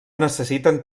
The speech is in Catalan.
necessiten